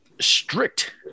strict